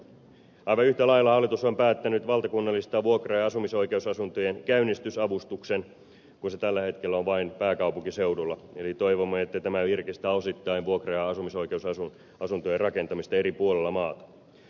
aivan yhtä lailla hallitus on päättänyt valtakunnallistaa vuokra ja asumisoikeusasuntojen käynnistysavustuksen kun se tällä hetkellä on vain pääkaupunkiseudulla eli toivomme että tämä virkistää osittain vuokra ja asumisoikeusasuntojen rakentamista eri puolilla maata